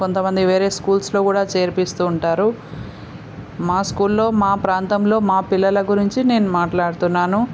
కొంతమంది వేరే స్కూల్స్లో కూడా చేర్పిస్తు ఉంటారు మా స్కూల్లో మా ప్రాంతంలో మా పిల్లల గురించి నేను మాట్లాడుతున్నాను